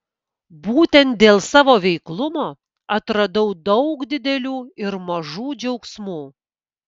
būtent dėl savo veiklumo atradau daug didelių ir mažų džiaugsmų